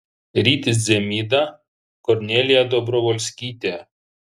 rytis dzemyda kornelija dobrovolskytė